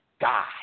God